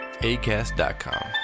ACAST.com